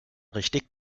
richtig